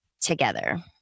together